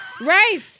Right